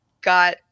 got